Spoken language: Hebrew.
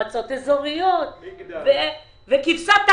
במועצות אזוריות וכבשת הרש,